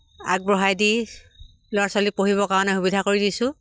আগবঢ়াই দি ল'ৰা ছোৱালী পঢ়িবৰ কাৰণে সুবিধা কৰি দিছোঁ